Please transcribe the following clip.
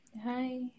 Hi